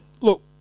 look